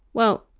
well,